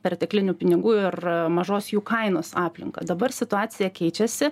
perteklinių pinigų ir mažos jų kainos aplinka dabar situacija keičiasi